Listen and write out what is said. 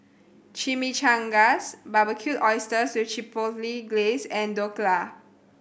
Chimichangas Barbecued Oysters with Chipotle Glaze and Dhokla